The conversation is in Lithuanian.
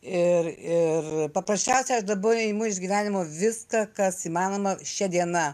ir ir paprasčiausia aš dabar imu iš gyvenimo viską kas įmanoma šia diena